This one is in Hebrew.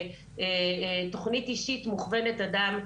תכנית אישית מוכוונת אדם,